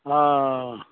हँ